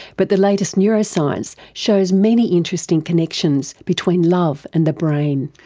but the latest neuroscience shows many interesting connections between love and the brain.